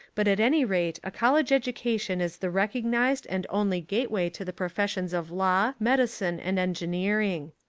but at any rate a college education is the recognised and only gateway to the professions of law, medi cine and engineering.